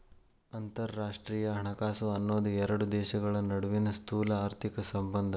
ಅಂತರರಾಷ್ಟ್ರೇಯ ಹಣಕಾಸು ಅನ್ನೋದ್ ಎರಡು ದೇಶಗಳ ನಡುವಿನ್ ಸ್ಥೂಲಆರ್ಥಿಕ ಸಂಬಂಧ